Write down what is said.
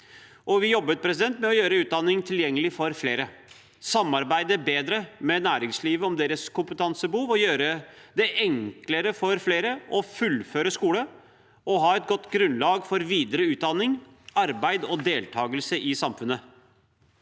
Vi jobbet med å gjøre utdanning tilgjengelig for flere, samarbeide bedre med næringslivet om deres kompetansebehov og gjøre det enklere for flere å fullføre skolen og ha et godt grunnlag for videre utdanning, arbeid og deltakelse i samfunnet.